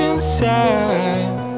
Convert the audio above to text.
Inside